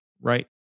right